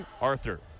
Arthur